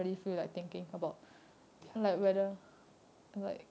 ya me too